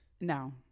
No